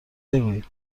بگویم